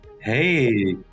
Hey